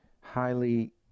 highly